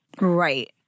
Right